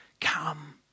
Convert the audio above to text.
Come